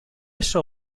açò